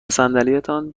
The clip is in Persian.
صندلیتان